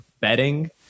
bedding